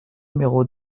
numéro